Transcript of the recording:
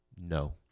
No